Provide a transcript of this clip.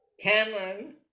Cameron